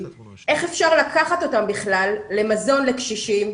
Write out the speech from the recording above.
איך אפשר לקחת אותם בכלל למזון לקשישים,